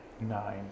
Nine